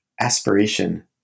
aspiration